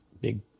big